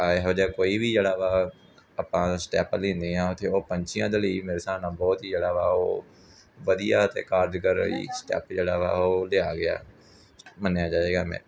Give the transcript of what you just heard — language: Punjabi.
ਇਹੋ ਜਿਹਾ ਕੋਈ ਵੀ ਜਿਹੜਾ ਵਾ ਆਪਾਂ ਸਟੈਪ ਲੈਂਦੇ ਹਾਂ ਉੱਥੇ ਉਹ ਪੰਛੀਆਂ ਦੇ ਲਈ ਮੇਰੇ ਹਿਸਾਬ ਨਾਲ ਬਹੁਤ ਹੀ ਜਿਹੜਾ ਵਾ ਉਹ ਵਧੀਆ ਅਤੇ ਕਾਰਜਕਾਰੀ ਸਟੈਪ ਜਿਹੜਾ ਵਾ ਉਹ ਲਿਆ ਗਿਆ ਮੰਨਿਆ ਜਾਏਗਾ ਮੈ